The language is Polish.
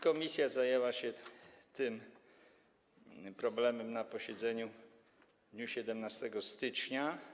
Komisja zajęła się tym problemem na posiedzeniu w dniu 17 stycznia.